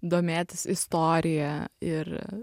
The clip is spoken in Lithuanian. domėtis istorija ir